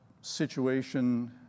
situation